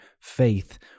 faith